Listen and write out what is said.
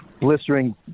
blistering